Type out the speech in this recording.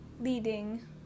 leading